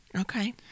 Okay